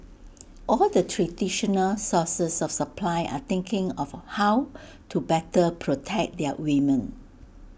all the traditional sources of supply are thinking of how to better protect their women